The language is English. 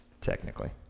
technically